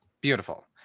Beautiful